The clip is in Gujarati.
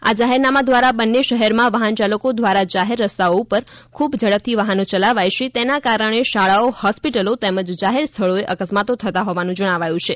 આ જાહેરનામા દ્વારા બંન્ને શહેરોમાં વાહનચાલકો દ્વારા જાહેર રસ્તાઓ ઉપર ખૂબ ઝડપથી વાહનો યલાવાય છે તેના કારણે શાળાઓ હોસ્પિટલો તેમજ જાહેર સ્થળોએ અકસ્માતો થતાં હોવાનું જણાવાયું છે